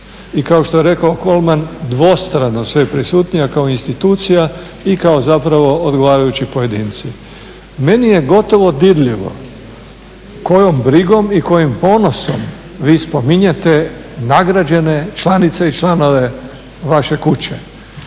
I kao što je rekao Kolman dvostrano sveprisutnija kao institucija i kao zapravo odgovarajući pojedinci. Meni je gotovo dirljivo kojom brigom i kojim ponosom vi spominjete nagrađene članice i članove vaše kuće,